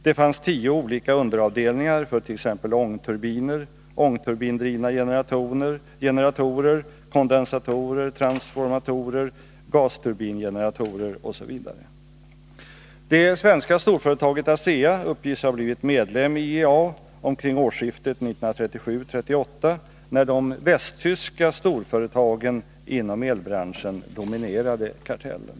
Det finns tio olika underavdelningar för t.ex. ångturbiner, ångturbindrivna generatorer, vat Det svenska storföretaget ASEA uppges ha blivit medlem i IEA omkring årsskiftet 1937-1938, när de tyska storföretagen inom elbranschen dominerade kartellen.